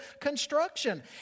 construction